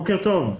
בוקר טוב,